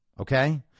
Okay